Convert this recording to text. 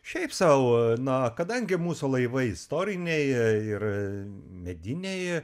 šiaip sau na kadangi mūsų laivai istoriniai ir mediniai